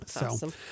awesome